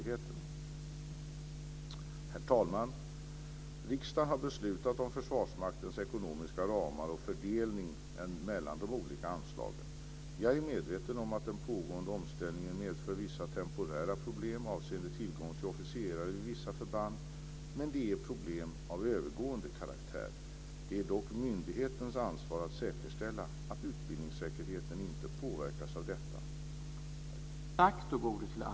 Herr talman! Riksdagen har beslutat om Försvarsmaktens ekonomiska ramar och fördelningen mellan de olika anslagen. Jag är medveten om att den pågående omställningen medför vissa temporära problem avseende tillgång till officerare vid vissa förband, men det är problem av övergående karaktär. Det är dock myndighetens ansvar att säkerställa att utbildningssäkerheten inte påverkas av detta.